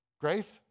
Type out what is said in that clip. Grace